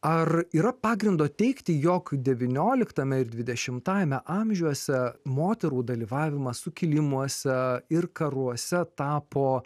ar yra pagrindo teigti jog devynioliktame ir dvidešimtajame amžiuose moterų dalyvavimas sukilimuose ir karuose tapo